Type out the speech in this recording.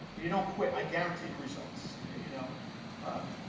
you don't quit. i guaranteed results yeah you know